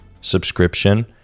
subscription